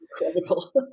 incredible